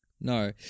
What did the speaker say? No